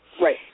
Right